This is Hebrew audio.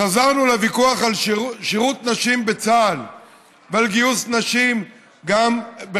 חזרנו לוויכוח על שירות נשים בצה"ל ועל גיוס נשים בכלל,